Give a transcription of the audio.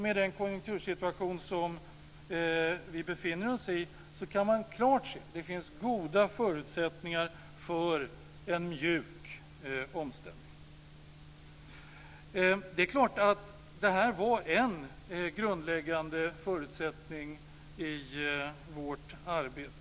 Med den konjunktursituation som vi befinner oss i kan man klart se att det finns goda förutsättningar för en mjuk omställning. Det här var en grundläggande förutsättning i vårt arbete.